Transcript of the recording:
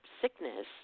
sickness